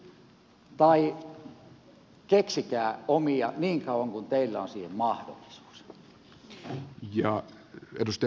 tai keksikää omia niin kauan kuin teillä on siihen mahdollisuus